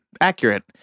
Accurate